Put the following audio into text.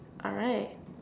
alright